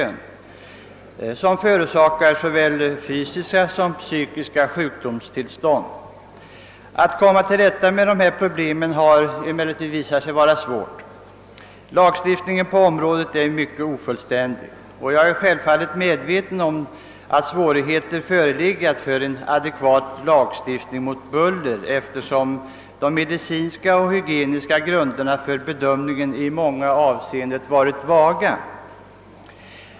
Bullret förorsakar såväl psykiska som fysiska sjukdomstillstånd. Det har visat sig svårt att komma till rätta med dessa problem. Lagstiftningen på området är mycket ofullständig, och jag är självfallet medveten om att svårigheter förelegat för en adekvat lagstiftning mot buller, eftersom de medicinska och hygieniska grunderna för bedömning i många avseenden varit vaga.